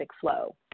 flow